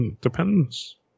depends